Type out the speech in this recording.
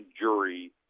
jury